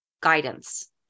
guidance